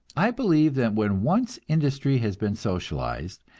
i believe that when once industry has been socialized,